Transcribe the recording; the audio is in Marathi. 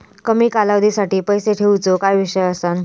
कमी कालावधीसाठी पैसे ठेऊचो काय विषय असा?